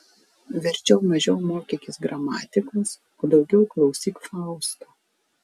verčiau mažiau mokykis gramatikos o daugiau klausyk fausto